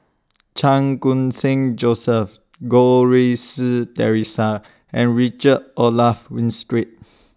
Chan Khun Sing Joseph Goh Rui Si Theresa and Richard Olaf Winstedt